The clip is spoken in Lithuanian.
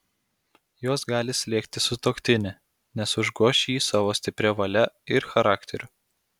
jos gali slėgti sutuoktinį nes užgoš jį savo stipria valia ir charakteriu